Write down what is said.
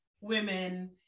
women